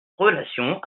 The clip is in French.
relation